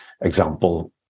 example